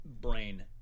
brain